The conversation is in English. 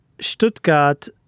Stuttgart